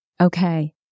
Okay